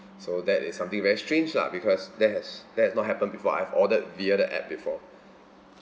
so that is something very strange lah because that has that has not happened before I have ordered via the app before